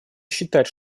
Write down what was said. считать